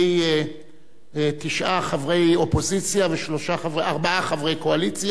תשעה חברי אופוזיציה וארבעה חברי קואליציה.